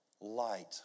light